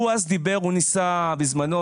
הוא ניסה בזמנו,